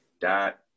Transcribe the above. dot